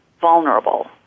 vulnerable